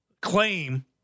claim